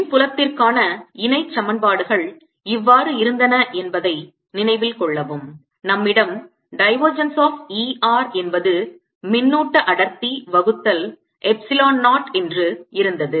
மின்புலத்திற்கான இணைச் சமன்பாடுகள் இவ்வாறு இருந்தன என்பதை நினைவில் கொள்ளவும் நம்மிடம் divergence of E r என்பது மின்னூட்ட அடர்த்தி வகுத்தல் எப்ஸிலோன் 0 என்று இருந்தது